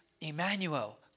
Emmanuel